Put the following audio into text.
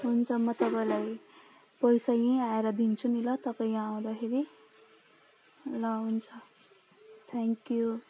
हुन्छ म तपाईँलाई पैसा यहीँ आएर दिन्छु नि ल तपाईँ यहाँ आउँदाखेरि ल हुन्छ थ्याङ्क यु